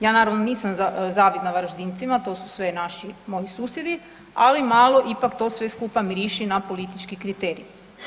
Ja naravno nisam zavidna Varaždincima, to su sve naši, moji susjedi, ali malo ipak to sve skupa miriši na politički kriterij.